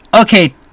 Okay